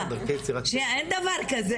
אין דבר כזה,